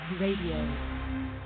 Radio